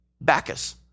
Bacchus